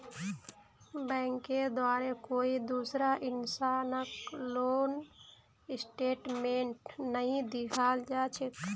बैंकेर द्वारे कोई दूसरा इंसानक लोन स्टेटमेन्टक नइ दिखाल जा छेक